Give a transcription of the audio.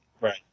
Right